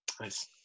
Nice